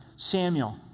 Samuel